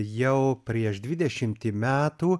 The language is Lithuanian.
jau prieš dvidešimtį metų